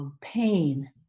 pain